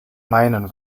meinen